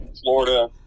Florida